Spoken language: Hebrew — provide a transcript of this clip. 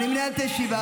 אני מנהל את הישיבה.